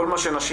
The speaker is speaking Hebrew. כל מה שנשים